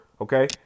okay